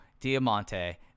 Diamante